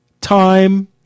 time